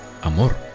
amor